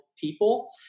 people